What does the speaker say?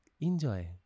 Enjoy